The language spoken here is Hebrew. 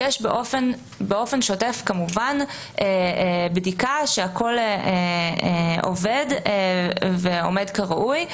יש באופן שוטף כמובן בדיקה שהכול עובד ועומד כראוי.